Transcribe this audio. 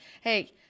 hey